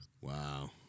wow